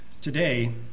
today